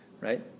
Right